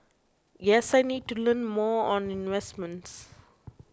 guess I need to learn more on investments